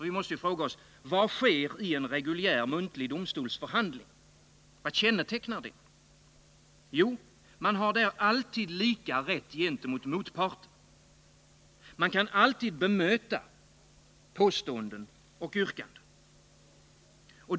Vi måste ju fråga oss: Vad kännetecknar en reguljär muntlig domstolsförhandling? Jo, man har där alltid lika rätt gentemot motparten. Man kan alltid bemöta påståenden och yrkanden.